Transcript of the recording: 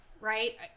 right